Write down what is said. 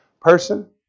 person